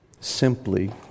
Simply